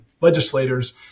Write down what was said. legislators